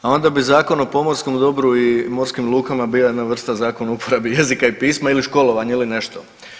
A onda bi Zakon o pomorskom dobru i morskim lukama bila jedna vrsta zakona o uporabi jezika i pisma ili školovanje ili nešto.